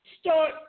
Start